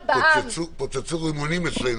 פוצצו רימונים אצלנו.